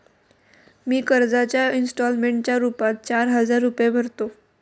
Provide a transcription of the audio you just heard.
मी कर्जाच्या इंस्टॉलमेंटच्या रूपात चार हजार रुपये भरतो